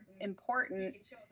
important